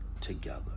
together